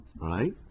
right